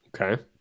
Okay